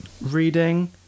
Reading